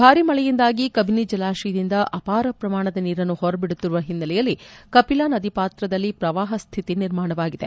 ಭಾರಿ ಮಳೆಯಿಂದಾಗಿ ಕಬಿನಿ ಜಲಾಶಯದಿಂದ ಅಪಾರ ಪ್ರಮಾಣದ ನೀರನ್ನು ಹೊರಬಿಡುತ್ತಿರುವ ಹಿನ್ನೆಲೆಯಲ್ಲಿ ಕಪಿಲಾ ನದಿ ಪಾತ್ರದಲ್ಲಿ ಪ್ರವಾಹ ಸ್ವಿತಿ ನಿರ್ಮಾಣವಾಗಿದೆ